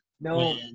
No